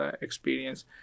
experience